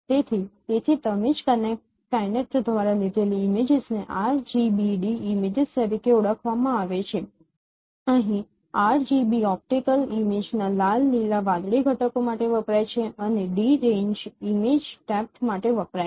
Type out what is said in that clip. તેથી તેથી જ તમે કાઇનેક્ટ દ્વારા લીધેલી ઇમેજીસને RGBD ઇમેજીસ તરીકે ઓળખવામાં આવે છે અહીં RGB ઓપ્ટિકલ ઇમેજના લાલ લીલા વાદળી ઘટકો માટે વપરાય છે અને ડી રેન્જ ઇમેજ ડેપ્થ માટે વપરાય છે